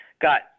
got